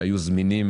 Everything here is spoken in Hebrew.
שהיו זמינים